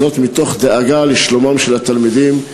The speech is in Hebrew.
מתוך דאגה לשלומם של התלמידים.